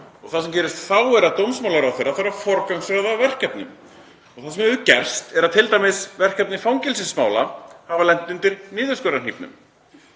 Það sem gerist þá er að dómsmálaráðherra þarf að forgangsraða verkefnum. Það sem hefur gerst er að t.d. verkefni fangelsismála hafa lent undir niðurskurðarhnífnum,